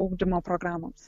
ugdymo programoms